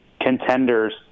contenders